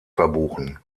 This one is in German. verbuchen